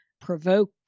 provoke